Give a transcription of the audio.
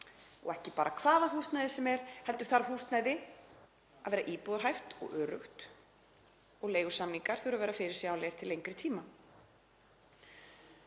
og ekki bara hvaða húsnæðis sem er heldur þarf húsnæði að vera íbúðarhæft og öruggt og leigusamningar þurfa að vera fyrirsjáanlegir til lengri tíma.